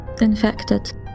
infected